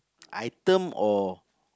item or